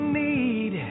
need